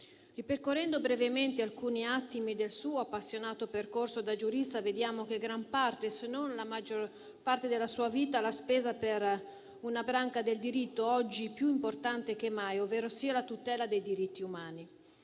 Ripercorrendo brevemente alcuni attimi del suo appassionato percorso da giurista, vediamo che gran parte, se non la maggior parte della sua vita, l'ha spesa per una branca del diritto oggi più importante che mai, ovverosia la tutela dei diritti umani.